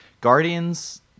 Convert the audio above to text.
guardians